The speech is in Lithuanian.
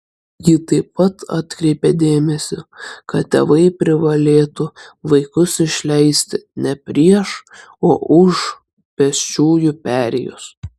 ji taip pat atkreipė dėmesį kad tėvai privalėtų vaikus išleisti ne prieš o už pėsčiųjų perėjos